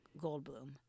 Goldblum